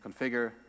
configure